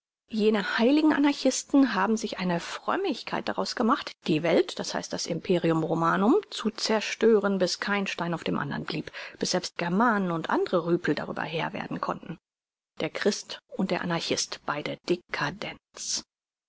jene heiligen anarchisten haben sich eine frömmigkeit daraus gemacht die welt das heißt das imperium romanum zu zerstören bis kein stein auf dem andern blieb bis selbst germanen und andre rüpel darüber herr werden konnten der christ und der anarchist beide